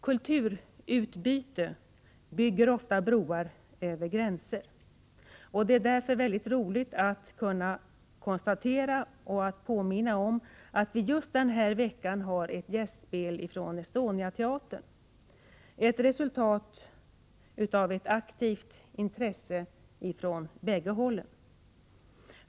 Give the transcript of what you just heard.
Kulturutbyte bygger ofta broar över gränser, och det är därför väldigt roligt att kunna påminna om att vi just den här veckan har ett gästspel från Estoniateatern, ett resultat av ett aktivt intresse från bägge hållen.